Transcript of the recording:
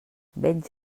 vells